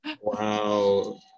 Wow